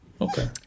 okay